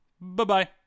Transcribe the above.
Bye-bye